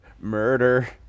Murder